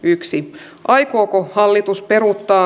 yksi aikooko hallitus peruuttaa